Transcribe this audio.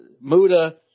Muda